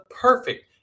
perfect